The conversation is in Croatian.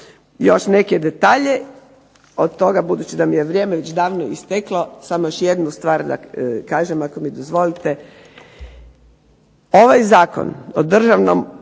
Još neke detalje, od toga budući da mi je vrijeme davno isteklo samo još jednu stvar da kažem ako mi dozvolite. Ovaj Zakon o državnom